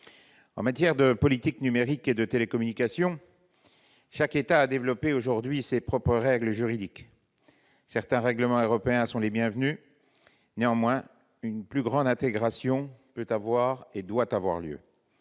En matière de politique numérique et de télécommunications, chaque État a développé aujourd'hui ses propres règles juridiques. Certains règlements européens sont les bienvenus ; néanmoins, une plus grande intégration peut et doit avoir lieu.